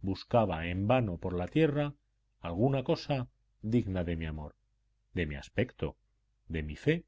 buscaba en vano por la tierra alguna cosa digna de mi amor de mi aspecto de mi fe